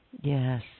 Yes